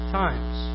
times